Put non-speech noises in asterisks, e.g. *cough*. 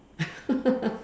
*laughs*